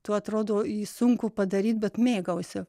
tuo atrodo jį sunku padaryt bet mėgaujiesi